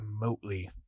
remotely